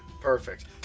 Perfect